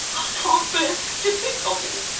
i can't bear to think of him.